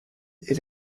est